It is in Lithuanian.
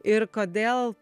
ir kodėl